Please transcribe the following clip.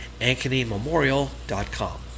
ankenymemorial.com